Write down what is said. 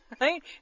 Right